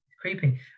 creeping